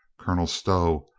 colonel stow,